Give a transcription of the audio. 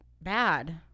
Bad